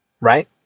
Right